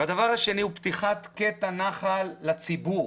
הדבר השני הוא פתיחת קטע נחל לציבור,